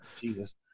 Jesus